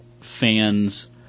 fan's